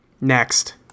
next